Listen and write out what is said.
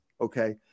Okay